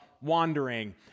wandering